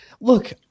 look